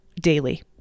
daily